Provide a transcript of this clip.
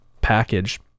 package